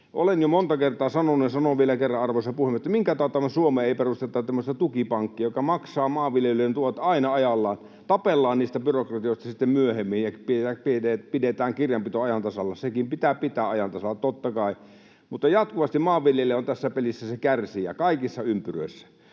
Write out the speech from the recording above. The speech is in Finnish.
Olen jo monta kertaa sanonut ja sanon vielä kerran, arvoisa puhemies, että minkä tautta Suomeen ei perusteta tämmöistä tukipankkia, joka maksaa maanviljelijöiden tuet aina ajallaan. Tapellaan niistä byrokratioista sitten myöhemmin ja pidetään kirjanpito ajan tasalla — sekin pitää pitää ajan tasalla, totta kai. Mutta jatkuvasti maanviljelijä on tässä pelissä se kärsijä, kaikissa ympyröissä,